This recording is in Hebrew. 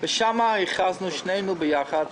ושם הכרזנו שנינו יחד,